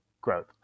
growth